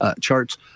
charts